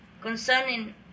concerning